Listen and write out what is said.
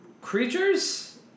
creatures